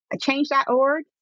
change.org